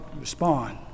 respond